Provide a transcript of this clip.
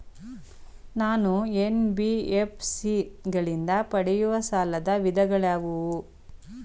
ನಾನು ಎನ್.ಬಿ.ಎಫ್.ಸಿ ಗಳಿಂದ ಪಡೆಯುವ ಸಾಲದ ವಿಧಗಳಾವುವು?